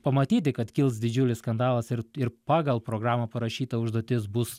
pamatyti kad kils didžiulis skandalas ir ir pagal programą parašyta užduotis bus